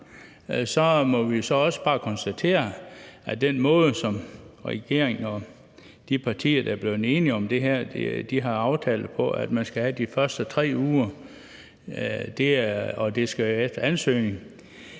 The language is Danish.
må vi også bare konstatere, at regeringen og de partier, der er blevet enige om det her, har aftalt, at man skal have de første 3 uger udbetalt, og at det skal være efter ansøgning.